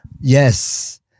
Yes